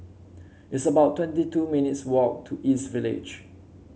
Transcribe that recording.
it's about twenty two minutes' walk to East Village